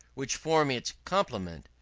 which form its complement,